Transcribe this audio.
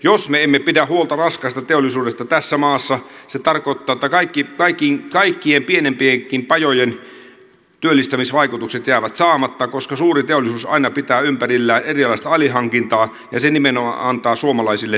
jos me emme pidä huolta raskaasta teollisuudesta tässä maassa se tarkoittaa tä kaik ki kaik ki että kaikkien pienempienkin pajojen työllistämisvaikutukset jäävät saamatta koska suuri teollisuus aina pitää ympärillään erilaista alihankintaa ja se nimenomaan antaa suomalaisille töitä